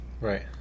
Right